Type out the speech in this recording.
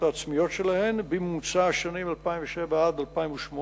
העצמיות שלהן בממוצע השנים 2007 2008,